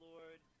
Lord